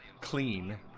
clean